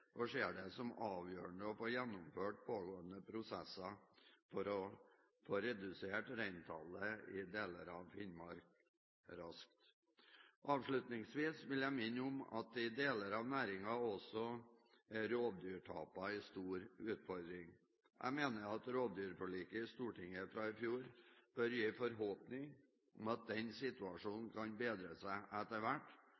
og ser det som avgjørende å få gjennomført pågående prosesser for å få redusert reintallet i deler av Finnmark raskt. Avslutningsvis vil jeg minne om at i deler av næringen er også rovdyrtapene en stor utfordring. Jeg mener at rovdyrforliket i Stortinget fra i fjor bør gi forhåpning om at den